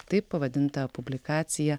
taip pavadinta publikacija